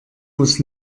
muss